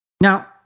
Now